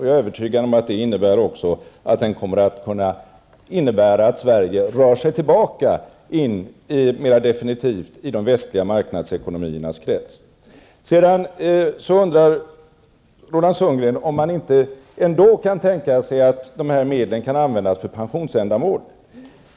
Jag är övertygad om att detta också innebär att Sverige mera definitivt rör sig tillbaka in i de västliga marknadsekonomiernas krets. Roland Sundgren undrar om man inte ändå kan tänka sig att de här medlen används för pensionsändamål.